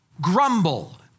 grumble